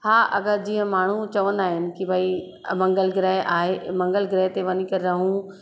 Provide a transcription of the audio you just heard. हा अगरि जीअं माण्हू चवंदा आहिनि की भई मंगल ग्रह आहे मंगल ग्रह ते वञी करे रहूं